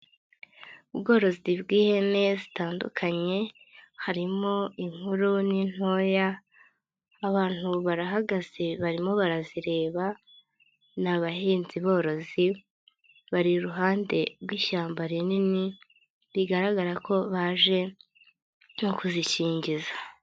Ubworozi bw'ihene zitandukanye, harimo inkuru n'intoya, abantu barahagaze barimo barazireba, ni abahinzi borozi bari iruhande rw'ishyamba rinini rigaragara ko baje no kuzikingiza.